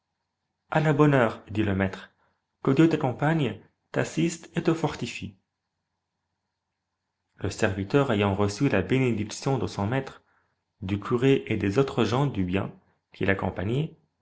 a la bonne heure dit le maître que dieu t'accompagne t'assiste et te fortifie le serviteur ayant reçu la bénédiction de son maître du curé et des autres gens de bien qui l'accompagnaient